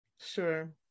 sure